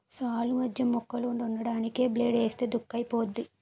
సాల్లు మధ్య మొక్కలు దున్నడానికి బ్లేడ్ ఏస్తే దుక్కైపోద్ది